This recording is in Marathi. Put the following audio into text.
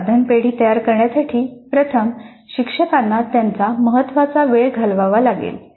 साधन पेढी तयार करण्यासाठी प्रथम शिक्षकांना त्यांचा महत्वाचा वेळ घालवावा लागेल